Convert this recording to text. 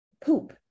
poop